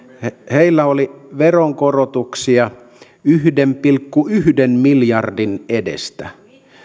heillä oli veronkorotuksia yhden pilkku yhden miljardin edestä